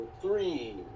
three